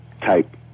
type